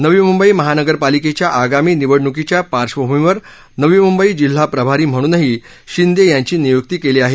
नवी मुंबई महानगरपालिकेच्या आगामी निवडणुकीच्या पार्श्वभूमीवर नवी मुंबई जिल्हा प्रभारी म्हणून शिंदे यांची नियुक्ती केली आहे